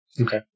Okay